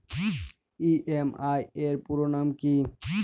EMI এর পুরোনাম কী?